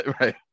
Right